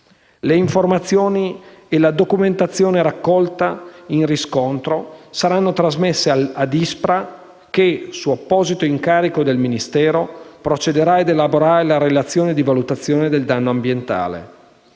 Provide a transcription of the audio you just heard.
Le informazioni e la documentazione raccolta in riscontro saranno trasmesse all'ISPRA che, su apposito incarico del Ministero, procederà ad elaborare la relazione di valutazione del danno ambientale.